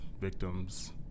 victims